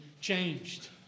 changed